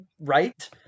right